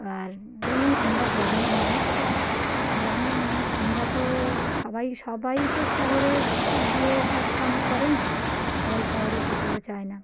আর যেমন আমরা গ্রামের মানুষ তো গ্রামের মানুষ আমরা তো সবাই সবাই তো শহরে গিয়ে কাজ কাম করে না সবাই শহরে যেতেও চায় না